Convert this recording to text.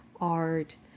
art